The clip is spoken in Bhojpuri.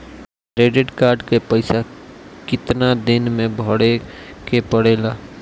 क्रेडिट कार्ड के पइसा कितना दिन में भरे के पड़ेला?